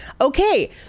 Okay